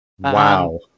Wow